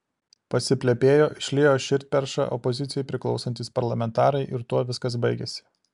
pasiplepėjo išliejo širdperšą opozicijai priklausantys parlamentarai ir tuo viskas baigėsi